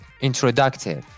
introductory